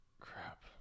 Crap